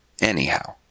Anyhow